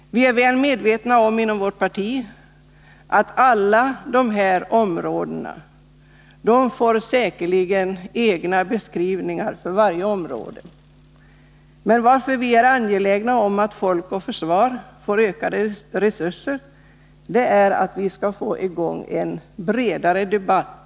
Vi är inom vårt parti väl medvetna om att alla de här områdena säkerligen får egna beskrivningar. Skälet till att vi är angelägna om att Folk och Försvar får ökade resurser är att vi därigenom får en bredare debatt.